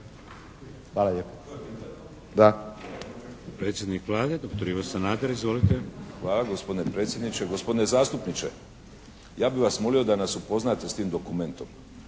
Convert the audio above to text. Hvala gospodine predsjedniče, gospodine zastupniče ja bih vas molio da nas upoznate s tim dokumentom